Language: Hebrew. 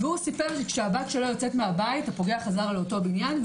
הוא סיפר שהפוגע חזר לאותו בניין,